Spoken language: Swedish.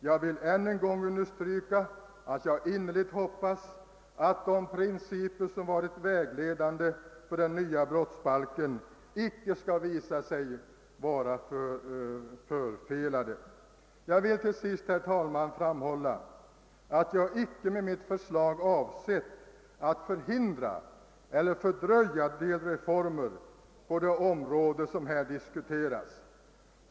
Jag vill emellertid ännu en gång understryka att jag innerligt hoppas att de principer som varit vägledande för den nya brottsbalken icke skall visa sig vara förfelade. Jag vill till sist, herr talman, framhålla att jag med mitt förslag icke avsett att förhindra eller fördröja delreformer på det område som här diskuteras.